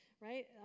right